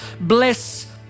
Bless